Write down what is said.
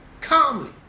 calmly